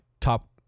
top